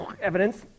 evidence